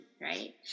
right